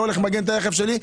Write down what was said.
אני לא הולך למגן את הרכב שלי,